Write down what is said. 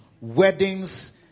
weddings